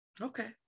Okay